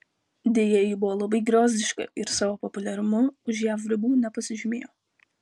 deja ji buvo labai griozdiška ir savo populiarumu už jav ribų nepasižymėjo